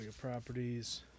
properties